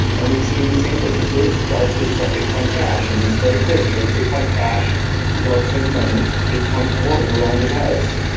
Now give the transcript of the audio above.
and we've seen these same businesses start to accept bitcoin cash. and it's very clear, because bitcoin cash works as money, bitcoin core and no longer does.